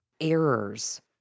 errors